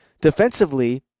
defensively